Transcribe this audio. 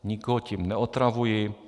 Nikoho tím neotravuji.